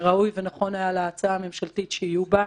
שראוי ונכון היה להצעה הממשלתית שיהיו בה,